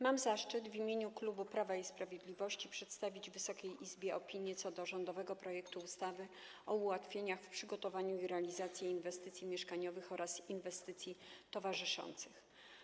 Mam zaszczyt w imieniu klubu Prawa i Sprawiedliwości przedstawić Wysokiej Izbie opinię o rządowym projekcie ustawy o ułatwieniach w przygotowaniu i realizacji inwestycji mieszkaniowych oraz inwestycji towarzyszących.